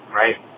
right